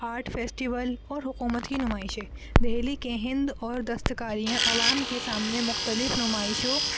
art festival اور حکومت کی نمائشیں دہلی کے ہند اور دستکاریاں عوام کے سامنے مختلف نمائشوں